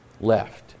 Left